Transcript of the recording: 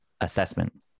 assessment